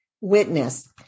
witness